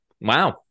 Wow